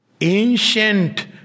Ancient